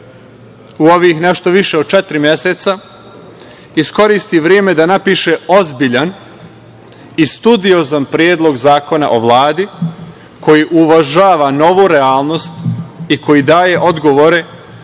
u ovih nešto više od četiri meseca iskoristi vreme da napiše ozbiljan i studiozan Predlog zakona o Vladi koji uvažava novu realnost i koji daje odgovore